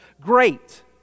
great